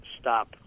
stop